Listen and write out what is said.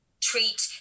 treat